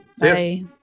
Bye